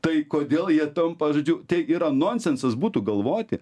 tai kodėl jie tampa žodžiu tai yra nonsensas būtų galvoti